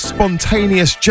Spontaneous